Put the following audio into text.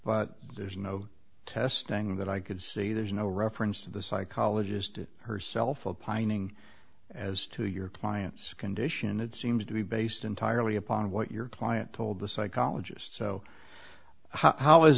but there's no testing that i could see there's no reference to the psychologist herself a pining as to your client's condition it seems to be based entirely upon what your client told the psychologist so how is